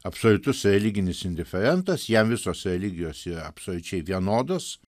absoliutus religinis indiferentas jam visos religijos yra absoliučiai vienodos